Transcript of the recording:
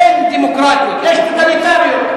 אין דמוקרטיות, יש טוטליטריות.